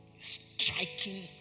striking